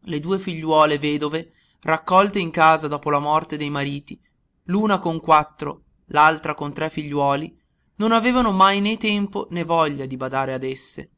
le due figliuole vedove raccolte in casa dopo la morte dei mariti l'una con quattro l'altra con tre figliuoli non avevano mai né tempo né voglia da badare ad esse